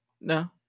No